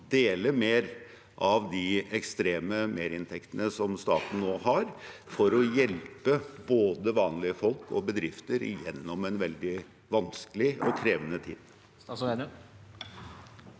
dele mer av de ekstreme merinntektene som staten nå har, for å hjelpe både vanlige folk og bedrifter gjennom en veldig vanskelig og krevende tid.